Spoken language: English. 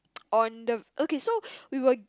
on the okay so we were